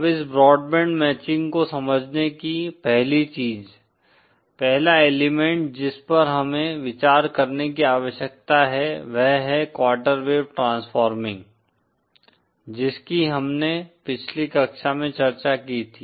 अब इस broadband matching को समझने की पहली चीज़ पहला एलिमेंट जिस पर हमें विचार करने की आवश्यकता है वह है क्वार्टर वेव ट्रांसफॉर्मिंग जिसकी हमने पिछली कक्षा में चर्चा की थी